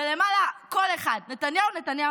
ולמעלה קול אחד: נתניהו,